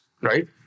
right